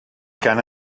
cant